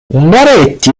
ungaretti